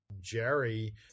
Jerry